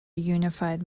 unified